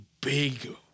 big